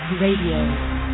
Radio